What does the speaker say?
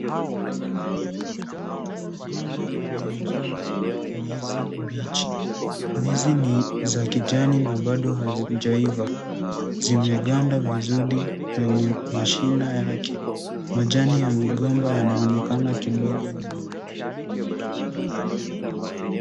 Shamba iliyojaa ndizi mbichi. Ndizi ni za kijani na bado hazijaiva. Zimeganda vizuri kwenye mashina yake. Majani ya migomba yanaonekana kidogo nyuma.